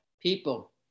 people